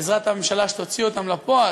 בעזרת הממשלה שתוציא אותם לפועל,